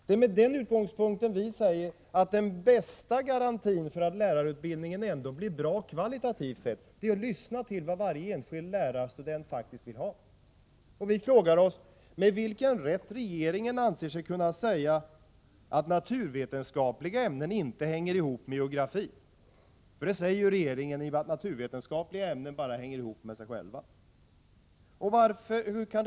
Det är med denna utgångspunkt vi moderater hävdar att den bästa garantin för att lärarutbildningen ändå blir bra kvalitativt sett är att lyssna till vad varje — Nr 160 enskild lärarstudent faktiskt vill ha. Vi frågar oss med vilken rätt regeringen å a j - j Tisdagen den anser sig kunna säga att naturvetenskapliga ämnen inte hänger ihop med 4 juni 1985 geografi. Regeringen säger nämligen att naturvetenskapliga ämnen bara hänger ihop med sig: själva. MET vilken rätt Säger.